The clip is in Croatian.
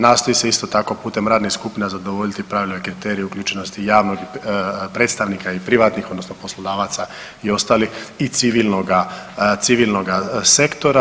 Nastoji se isto tako putem radnih skupina zadovoljiti pravila i kriteriji uključenosti javnog predstavnika i privatnih odnosno poslodavaca i ostalih i civilnoga sektora.